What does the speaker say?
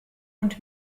und